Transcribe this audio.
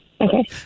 Okay